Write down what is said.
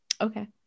Okay